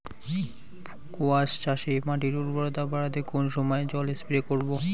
কোয়াস চাষে মাটির উর্বরতা বাড়াতে কোন সময় জল স্প্রে করব?